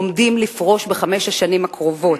עומדים לפרוש בחמש השנים הקרובות.